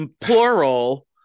plural